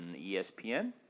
ESPN